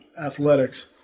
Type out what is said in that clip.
athletics